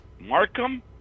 Markham